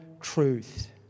truth